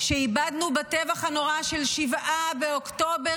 שאיבדנו בטבח הנורא של 7 באוקטובר